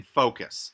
focus